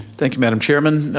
thank you, madam chairman.